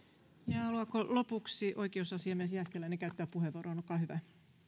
ja haluaako lopuksi oikeusasiamies jääskeläinen käyttää puheenvuoron olkaa hyvä